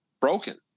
broken